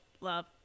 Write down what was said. love